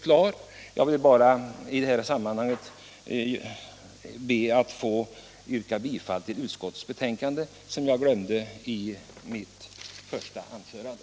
Jag ber bara att få yrka bifall till utskottets hemställan, vilket jag glömde att göra i mitt första anförande.